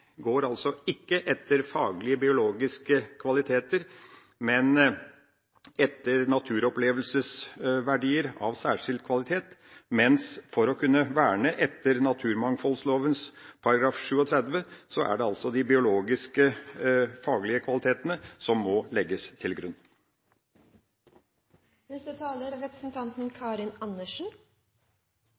går altså ikke etter faglige, biologiske kvaliteter, men etter naturopplevelsesverdier av særskilt kvalitet. For å kunne verne etter naturmangfoldloven § 37 er det de faglige, biologiske kvalitetene som må legges til